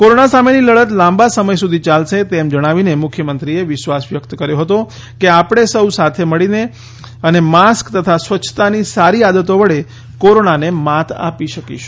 corona સામેની લડત લાંબા સમય સુધી ચાલશે તેમ જણાવીને મુખ્યમંત્રીએ વિશ્વાસ વ્યક્ત કર્યો હતો કે આપણે સફ સાથે મળીને અને માસ્ક તથા સ્વચ્છતાની સારી આદતો વડે કોરોનાને માત આપી શકીશું